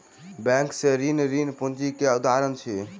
bank से ऋण, ऋण पूंजी के उदाहरण अछि